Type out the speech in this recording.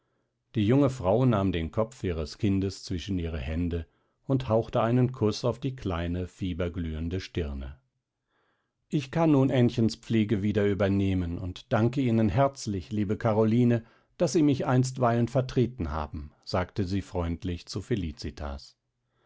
die junge frau nahm den kopf ihres kindes zwischen ihre hände und hauchte einen kuß auf die kleine fieberglühende stirne ich kann nun aennchens pflege wieder übernehmen und danke ihnen herzlich liebe karoline daß sie mich einstweilen vertreten haben sagte sie freundlich zu felicitas